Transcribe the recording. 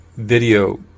video